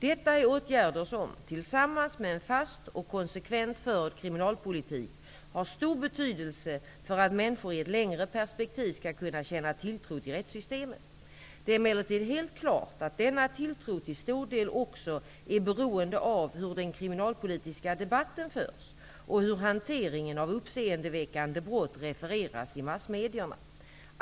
Detta är åtgärder som, tillsammans med en fast och konsekvent förd kriminalpolitik, har stor betydelse för att människor i ett längre perspektiv skall kunna känna tilltro till rättssystemet. Det är emellertid helt klart att denna tilltro till stor del också är beroende av hur den kriminalpolitiska debatten förs och hur hanteringen av uppseendeväckande brott refereras i massmedierna.